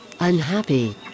unhappy